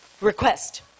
request